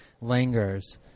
lingers